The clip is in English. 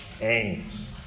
aims